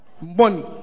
money